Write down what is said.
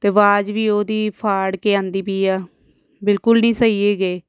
ਅਤੇ ਆਵਾਜ਼ ਵੀ ਉਹਦੀ ਫਾੜ ਕੇ ਆਉਂਦੀ ਪਈ ਆ ਬਿਲਕੁਲ ਨਹੀਂ ਸਹੀ ਹੈਗੇ